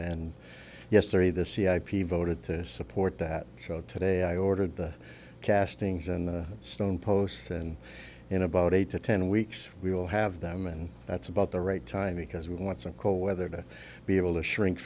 and yesterday the c i p voted to support that so today i ordered the castings and the stone posts and in about eight to ten weeks we will have them and that's about the right time because we want to call whether that be able to shrink